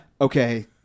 okay